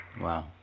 Wow